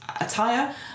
attire